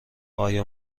آیا